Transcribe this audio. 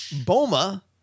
Boma